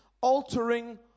Altering